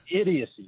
Idiocy